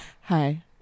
Hi